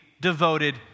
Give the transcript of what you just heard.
devoted